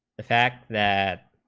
effect that,